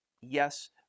yes